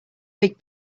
big